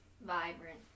Vibrant